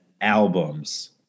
albums